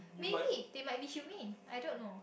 maybe they might be humane I don't know